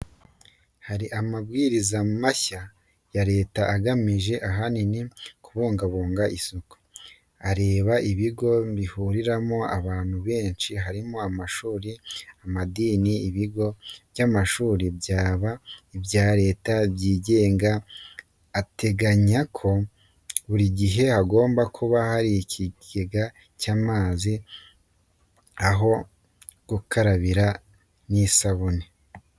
Hari amabwiriza mashya ya leta agamije ahanini kubungabunga isuku, areba ibigo bihuriramo abantu benshi harimo: amashuri, amadini, ibigo by'amahugurwa byaba ibya leta n'ibyigenga, ateganya ko buri gihe hagomba kuba hari ikigega cy'amazi, aho gukarabira n'isabune.